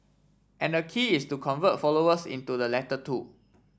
and the key is to convert followers into the latter two